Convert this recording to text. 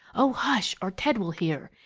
oh, hush! or ted will hear.